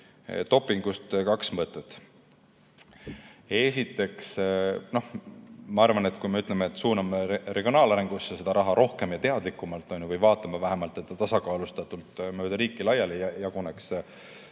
dopingu kohta kaks mõtet. Esiteks, ma arvan, et kui me ütleme, et suuname regionaalarengusse raha rohkem ja teadlikumalt, või vaatame vähemalt, et see tasakaalustatult mööda riiki laiali jaguneks,